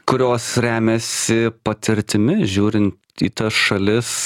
kurios remiasi patirtimi žiūrint į tas šalis